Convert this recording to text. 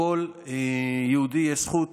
לכל יהודי יש זכות